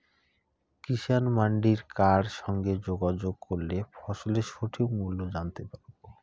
কিষান মান্ডির কার সঙ্গে যোগাযোগ করলে ফসলের সঠিক মূল্য জানতে পারবো?